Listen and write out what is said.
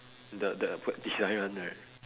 the the web design one right